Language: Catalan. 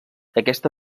aquesta